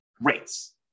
rates